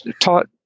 taught